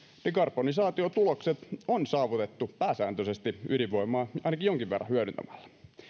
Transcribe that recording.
dekarbonisaatiotulokset on saavutettu pääsääntöisesti ydinvoimaa ainakin jonkin verran hyödyntämällä